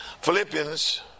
Philippians